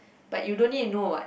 but you don't need know what